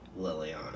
Liliana